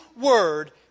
word